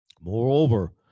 Moreover